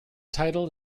title